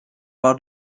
war